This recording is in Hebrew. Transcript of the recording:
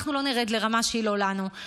אנחנו לא נרד לרמה שהיא לא לנו.